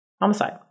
homicide